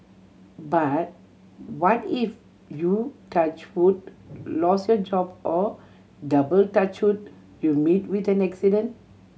but what if you touch wood lose your job or double touch wood you meet with an accident